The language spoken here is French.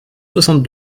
soixante